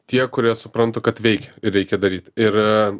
tie kurie suprantu kad veikia ir reikia daryt ir